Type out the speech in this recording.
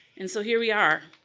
and so here we are.